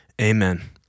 amen